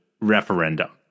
referendum